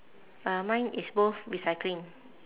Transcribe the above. uh mine is both recycling